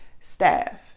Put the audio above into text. staff